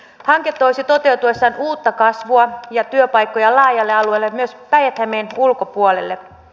hanke toisi toteutuessaan uutta kasvua ja työpaikkoja laajalle alueelle myös päijät hämeen ulkopuolelle